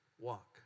walk